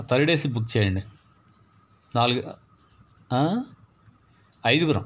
third AC book చేయండి నాలుగు ఆ ఐదుగురం